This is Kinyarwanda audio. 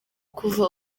kuva